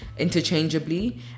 interchangeably